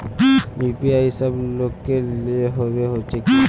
UPI सब लोग के लिए होबे होचे की?